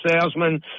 salesman